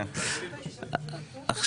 כבר הקראתי את הצעות החוק.